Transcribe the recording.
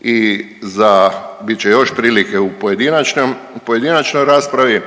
I za, bit će još prilike u pojedinačnoj raspravi.